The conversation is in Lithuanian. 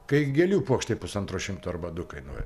kai gėlių puokštė pusantro šimto arba du kainuoja